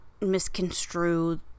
misconstrue